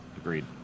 agreed